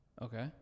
Okay